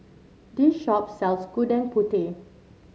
this shop sells Gudeg Putih